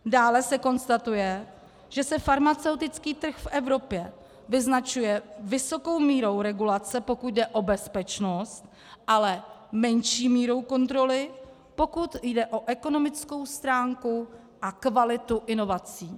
Dále se konstatuje, že se farmaceutický trh v Evropě vyznačuje vysokou mírou regulace, pokud jde o bezpečnost, ale menší mírou kontroly, pokud jde o ekonomickou stránku a kvalitu inovací.